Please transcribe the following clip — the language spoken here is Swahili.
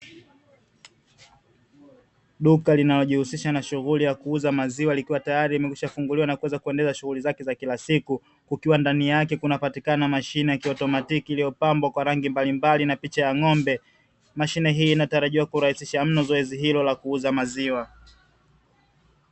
Duka linalojihusisha na shughuli ya kuuza maziwa likiwa tayari limekwishafunguliwa na kuweza kuendesha shughuli zake za kila siku. Kukiwa ndani yake kunapatikana mashine ya kiautomatiki iliyopambwa kwa rangi mbalimbali na picha ya ng'ombe. Mashine hii inatarajiwa kurahisisha mno zoezi hilo la kuuza maziwa.